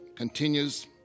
Continues